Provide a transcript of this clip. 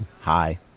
hi